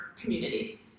community